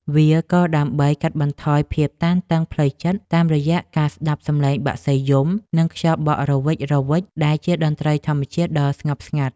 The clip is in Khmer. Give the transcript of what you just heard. វាក៏ដើម្បីកាត់បន្ថយភាពតានតឹងផ្លូវចិត្តតាមរយៈការស្ដាប់សំឡេងបក្សីយំ និងខ្យល់បក់រវិចៗដែលជាតន្ត្រីធម្មជាតិដ៏ស្ងប់ស្ងាត់។